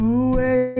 away